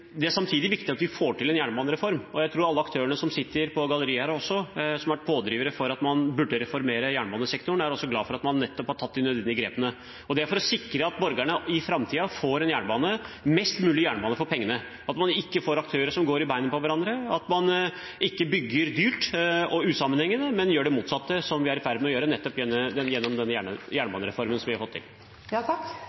Samtidig er det viktig at vi får en jernbanereform. Jeg tror at alle aktørene som sitter på galleriet her, og som har vært pådrivere for at man burde reformere jernbanesektoren, er glad for at man har tatt de nødvendige grepene. Det er for å sikre at borgerne i framtiden får mest mulig jernbane for pengene, og det er for å sikre at man ikke får aktører som går i beina på hverandre, at man ikke bygger dyrt og usammenhengende, men gjør det motsatte – som vi er i ferd med å gjøre nettopp gjennom denne